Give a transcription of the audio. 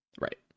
right